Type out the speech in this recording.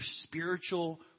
spiritual